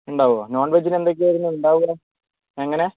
ഉണ്ടാവോ നോൺ വെജിന് എന്തൊക്കെ ആയിരിന്നു ഉണ്ടാകുക എങ്ങനെ